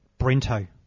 Brento